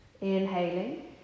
Inhaling